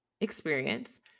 experience